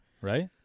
right